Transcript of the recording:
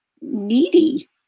needy